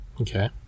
Okay